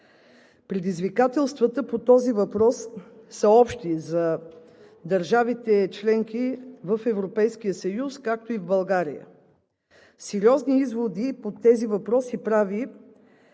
Предизвикателствата по този въпрос са общи за държавите – членки на Европейския съюз, както и в България. Сериозни изводи по тези въпроси прави